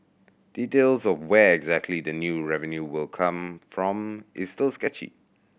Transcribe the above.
details of where exactly the new revenue will come from is still sketchy